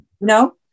No